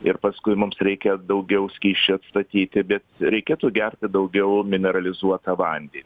ir paskui mums reikia daugiau skysčių atstatyti bet reikėtų gerti daugiau mineralizuotą vandenį